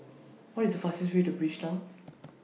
What IS The fastest Way to Bridgetown